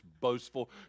boastful